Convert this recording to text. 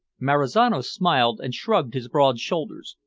marizano smiled and shrugged his broad shoulders,